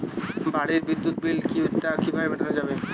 বাড়ির বিদ্যুৎ বিল টা কিভাবে মেটানো যাবে?